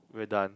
we're done